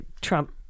Trump